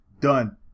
Done